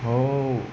oh